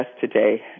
today